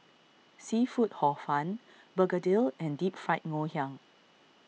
Seafood Hor Fun Begedil and Deep Fried Ngoh Hiang